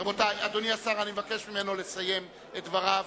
אדוני השר, אני מבקש ממנו לסיים את דבריו.